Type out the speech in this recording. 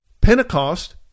Pentecost